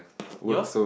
your's